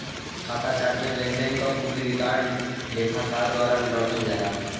खाता चार्ट में लेनदेन क पूरा रिकॉर्ड लेखाकार द्वारा रखल जाला